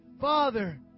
Father